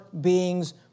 beings